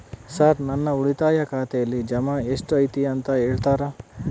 Sir ನನ್ನ ಉಳಿತಾಯ ಖಾತೆಯಲ್ಲಿ ಜಮಾ ಎಷ್ಟು ಐತಿ ಅಂತ ಹೇಳ್ತೇರಾ?